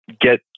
get